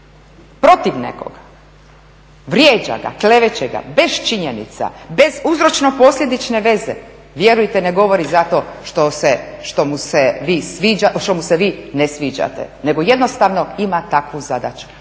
protiv nekoga, vrijeđa ga, kleveće ga, bez činjenica, bez uzročno-posljedične veze, vjerujte ne govori zato što mu se vi ne sviđate nego jednostavno ima takvu zadaću